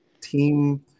team